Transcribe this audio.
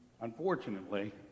Unfortunately